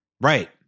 Right